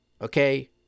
okay